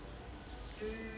hmm